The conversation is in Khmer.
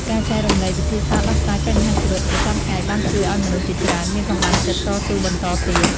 ការចែករំលែកវិធីសាស្ត្រដោះស្រាយបញ្ហាជីវិតប្រចាំថ្ងៃបានជួយឱ្យមនុស្សជាច្រើនមានកម្លាំងចិត្តតស៊ូបន្តទៀត។